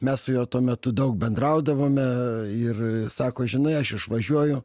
mes su juo tuo metu daug bendraudavome ir sako žinai aš išvažiuoju